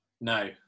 no